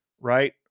right